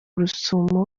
rusumo